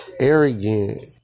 arrogant